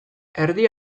erdi